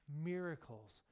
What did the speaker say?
miracles